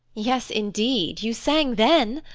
yes, indeed, you sang then.